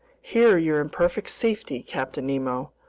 here you're in perfect safety, captain nemo.